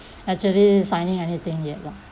actually signing anything yet lah